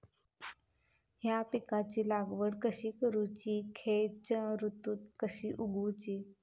हया बियाची लागवड कशी करूची खैयच्य ऋतुत कशी उगउची?